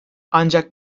ancak